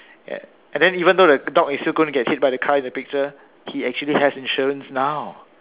and and then even though the dog is still gonna get hit by the car in the picture he actually has insurance now